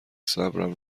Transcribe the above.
صبرم